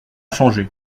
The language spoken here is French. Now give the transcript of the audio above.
changé